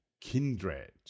Kindred